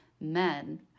men